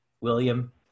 William